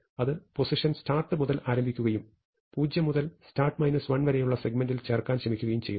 അത് position start മുതൽ ആരംഭിക്കുകയും 0 മുതൽ start 1 വരെയുള്ള സെഗ്മെന്റിൽ ചേർക്കാൻ ശ്രമിക്കുകയും ചെയ്യുന്നു